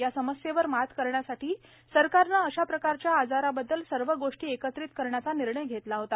या समस्येवर मात करण्यासाठी सरकारने अशा प्रकारच्या आजाराबद्दल सर्व गोष्टी एकत्रित करण्याचा निर्णय घेतला होता